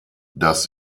das